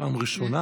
פעם ראשונה?